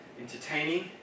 entertaining